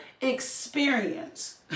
experience